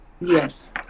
yes